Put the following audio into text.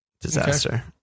Disaster